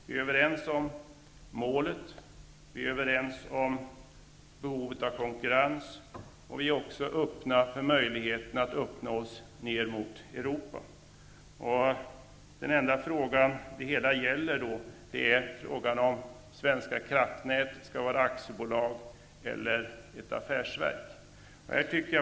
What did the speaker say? Vi är överens om målet, om behovet av konkurrens och vi är också överens om att möjligheterna öppnas mer mot Europa. Det enda som det hela gäller är frågan huruvida Svenska kraftnät skall vara ett aktiebolag eller ett affärsverk.